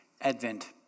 Advent